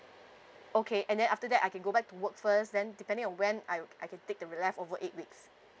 okay and then after that I can go back to work first then depending on when I I can take the left over eight weeks